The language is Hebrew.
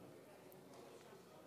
אדוני השר,